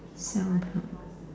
sell tarts